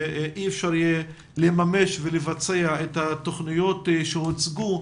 אי אפשר יהיה לממש ולבצע את התוכניות שהוצגו,